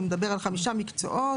הוא מדבר על חמישה מקצועות,